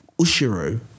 Ushiro